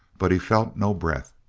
but he felt no breath.